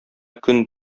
көн